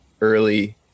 early